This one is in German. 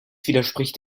widerspricht